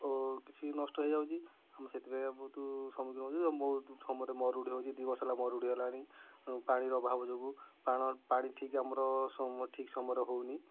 କିଛି ନଷ୍ଟ ହୋଇଯାଉଛି ଆମେ ସେଥିପାଇଁ ବହୁତୁ ସମ୍ମୁଖୀନ ହେଉଛୁ ବହୁତ ସମୟରେ ମରୁଡ଼ି ହେଉଛି ଦୁଇ ବର୍ଷ ହେଲା ମରୁଡ଼ି ହେଲାଣି ପାଣିର ଅଭାବ ଯୋଗୁଁ ପାଣ ପାଣି ଠିକ୍ ଆମର ଠିକ୍ ସମୟରେ ହେଉନି